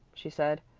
she said.